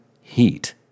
heat